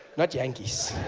not jantjies.